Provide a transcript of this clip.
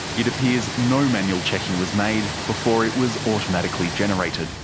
it appears no manual checking was made before it was automatically generated.